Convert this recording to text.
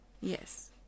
Yes